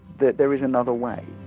that there is another way